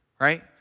right